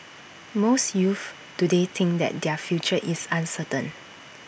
most youths today think that their future is uncertain